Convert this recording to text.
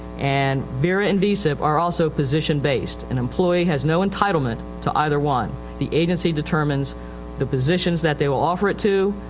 and vera and vsip are also position based. an employee has no entitlement to either one. the agency determines the positions that they will offer it to.